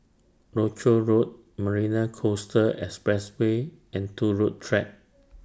Rochor Road Marina Coastal Expressway and Turut Track